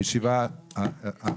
הישיבה נעולה.